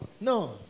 No